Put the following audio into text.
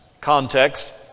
context